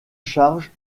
charge